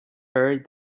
buried